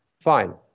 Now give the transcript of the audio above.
fine